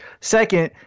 Second